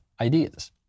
ideas